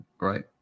Right